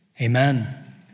Amen